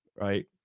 right